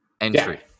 entry